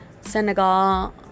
Senegal